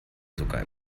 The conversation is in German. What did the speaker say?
sogar